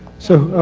so,